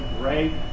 great